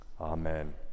Amen